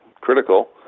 critical